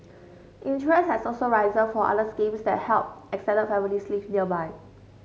interest has also risen for other schemes that help extended families live nearby